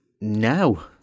Now